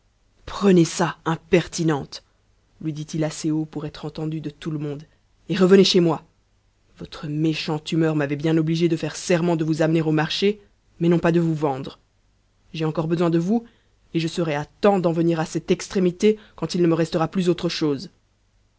y a impertinente lui dit-il assez haut pour être entendu de tout le monde et revenez chez moi votre méchante humeur m'avait bien obligé le faire serment de vous amener au marché mais non pas de vous ven h'e j'ai encore besoin de vous et je serai à temps d'en venir à cette extrémité quand il ne me restera plus autre chose